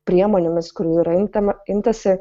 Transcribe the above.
priemonėmis kurių yra imtama imtasi